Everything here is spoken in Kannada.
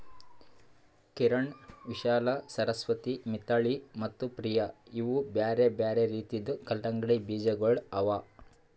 ಕಿರಣ್, ವಿಶಾಲಾ, ಸರಸ್ವತಿ, ಮಿಥಿಳಿ ಮತ್ತ ಪ್ರಿಯ ಇವು ಬ್ಯಾರೆ ಬ್ಯಾರೆ ರೀತಿದು ಕಲಂಗಡಿ ಬೀಜಗೊಳ್ ಅವಾ